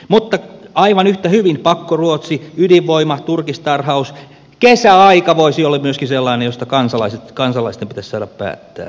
mutta aivan yhtä hyvin pakkoruotsi ydinvoima turkistarhaus kesäaika voisi olla myöskin sellainen josta kansalaisten pitäisi saada päättää